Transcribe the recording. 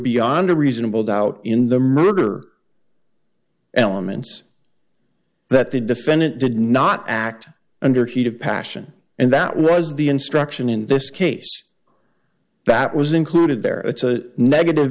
beyond a reasonable doubt in the murder elements that the defendant did not act under heat of passion and that was the instruction in this case that was included there it's a negative